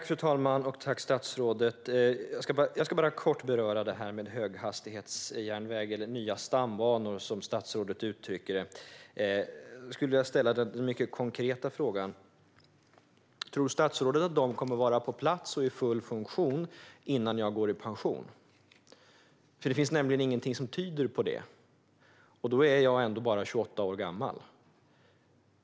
Fru talman! Tack, statsrådet! Jag ska bara kort beröra höghastighetsjärnväg - eller nya stambanor, som statsrådet uttrycker det. Jag vill ställa den mycket konkreta frågan: Tror statsrådet att de kommer att vara på plats och i full funktion innan jag går i pension? Det finns nämligen ingenting som tyder på det, och jag är ändå bara 28 år gammal.